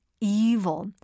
Evil